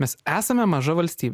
mes esame maža valstybė